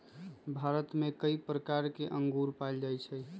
भारत में कई प्रकार के अंगूर पाएल जाई छई